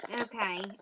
Okay